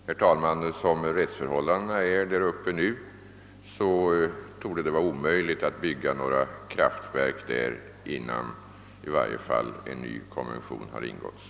Herr talman! Som rättsförhållandena är där uppe torde det vara omöjligt att bygga några kraftverk, i varje fall innan en ny konvention har ingåtts.